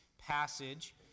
passage